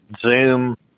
Zoom